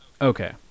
Okay